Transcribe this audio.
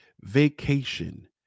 vacation